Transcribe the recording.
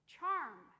Charm